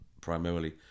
primarily